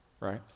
right